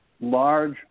large